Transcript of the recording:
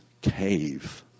cave